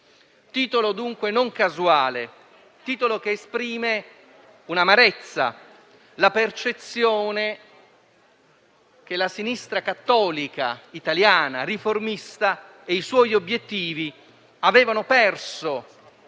titolo non casuale, che esprime un'amarezza, la percezione che la Sinistra cattolica italiana riformista e i suoi obiettivi avevano perso